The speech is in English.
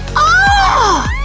ahh!